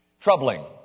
Troubling